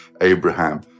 Abraham